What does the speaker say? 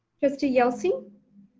trustee yelsey.